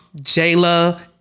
Jayla